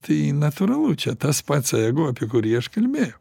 tai natūralu čia tas pats ego apie kurį aš kalbejau